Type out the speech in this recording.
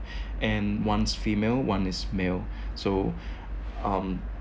and one is female one is male so um